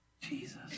Jesus